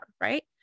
right